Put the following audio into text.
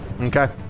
Okay